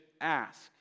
ask